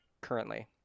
currently